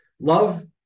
love